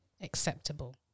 acceptable